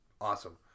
awesome